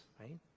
right